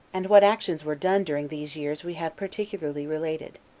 and what actions were done during these years we have particularly related.